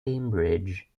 cambridge